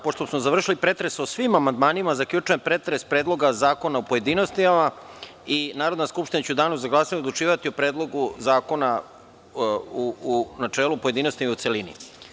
Pošto smo završili pretres o svim amandmanima zaključujem pretres Predloga zakona u pojedinostima i Narodna skupština će u danu za glasanje odlučivati o Predlogu zakona u načelu, u pojedinostima i u celini.